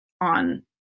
on